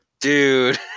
dude